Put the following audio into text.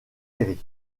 série